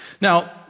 Now